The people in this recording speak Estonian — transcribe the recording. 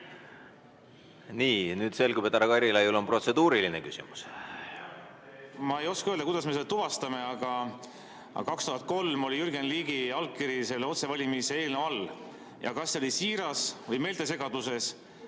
Nii, nüüd selgub, et härra Karilaiul on protseduuriline küsimus. Ma ei oska öelda, kuidas me seda tuvastame, aga 2003 oli Jürgen Ligi allkiri selle otsevalimiseelnõu all. Kas see oli siiras või meeltesegaduses,